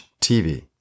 TV